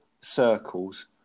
circles